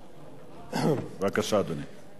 בבקשה, אדוני.